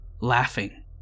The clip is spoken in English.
laughing